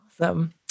Awesome